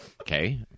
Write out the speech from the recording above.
okay